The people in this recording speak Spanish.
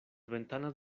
ventanas